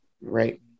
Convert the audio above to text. Right